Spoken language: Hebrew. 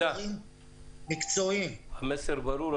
המסר ברור.